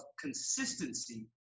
consistency